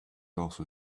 also